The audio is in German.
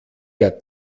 der